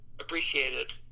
appreciated